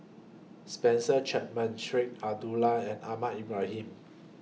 Spencer Chapman Sheik Alau'ddin and Ahmad Ibrahim